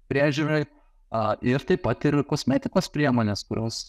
priežiūrai ir taip pat ir kosmetikos priemonės kurios